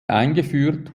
eingeführt